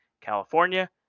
California